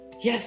Yes